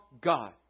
God